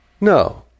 No